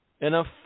enough